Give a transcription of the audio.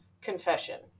confession